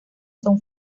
son